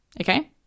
okay